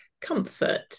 comfort